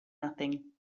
nothing